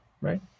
right